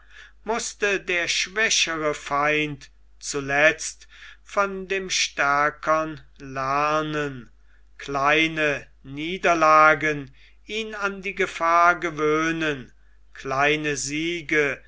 mußte der schwächere feind zuletzt von dem stärkern lernen kleine niederlagen ihn an die gefahr gewöhnen kleine siege